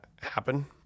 happen